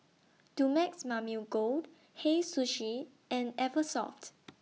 Dumex Mamil Gold Hei Sushi and Eversoft